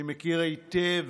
אני מכיר היטב